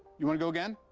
you wanna go again?